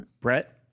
Brett